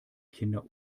kinder